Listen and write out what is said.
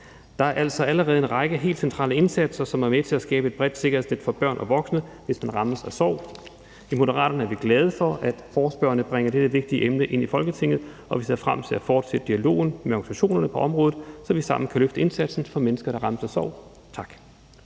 Der er altså allerede en række helt centrale indsatser, som er med til at skabe et bredt sikkerhedsnet for børn og voksne, hvis man rammes af sorg. I Moderaterne er vi glade for, at forespørgerne bringer dette vigtige emne ind i Folketinget, og vi ser frem til at fortsætte dialogen med organisationerne på området, så vi sammen kan løfte indsatsen for mennesker, der rammes af sorg. Tak.